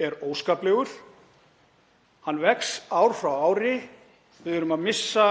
er óskaplegur. Hann vex ár frá ári. Við erum að missa